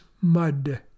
mud